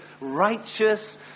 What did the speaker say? righteous